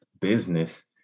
business